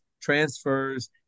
transfers